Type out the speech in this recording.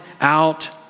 out